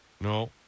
No